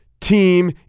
Team